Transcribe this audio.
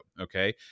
okay